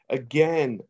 again